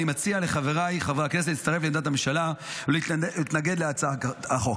אני מציע לחבריי חברי הכנסת להצטרף לעמדת הממשלה ולהתנגד להצעת החוק.